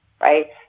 right